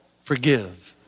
forgive